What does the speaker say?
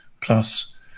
plus